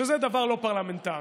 שזה דבר לא פרלמנטרי.